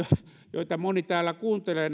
joita moni täällä kuuntelee